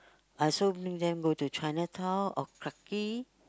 I also bring them go to Chinatown or Clarke-Quay